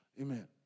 Amen